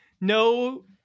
no